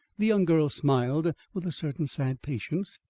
the young girl smiled with a certain sad patience,